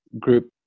group